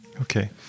Okay